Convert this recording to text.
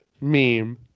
meme